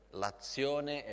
l'azione